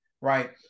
right